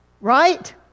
right